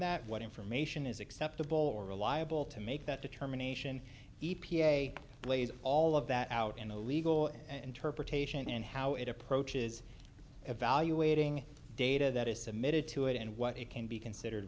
that what information is acceptable or reliable to make that determination e p a plays all of that out in a legal interpretation and how it approaches evaluating data that is submitted to it and what it can be considered